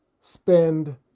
spend